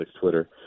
Twitter